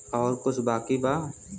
और कुछ बाकी बा?